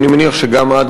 ואני מניח שגם את,